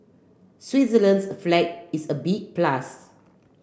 Switzerland's flag is a big plus